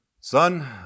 Son